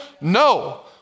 No